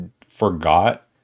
forgot